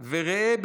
"וראה,